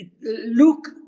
look